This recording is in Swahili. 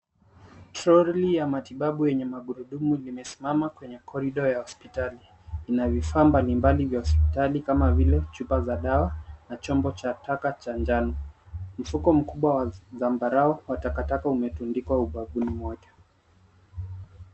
Troli ya matibabu yenye magurudumu imesimama kwenye corridor ya hospitali. Ina vifaa mbalimbali vya hospitali kama vile chupa za dawa na chombo cha taka cha njano. Mfuko mkubwa wa zambarau wa takataka umetundikwa ubavuni mwake.